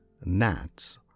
gnats